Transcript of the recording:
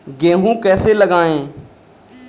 गेहूँ कैसे लगाएँ?